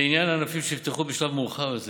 לעניין ענפים שנפתחו בשלב מאוחר יותר